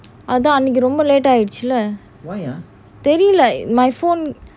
அதன் அன்னிக்கி ரொம்ப:athan aniki romba late ஆயிடுச்சில தெரில:aayeduchila terila my phone